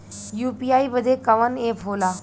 UPI बदे कवन app होला?